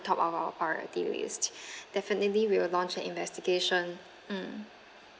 top of our priority list definitely we'll launch an investigation mm